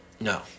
No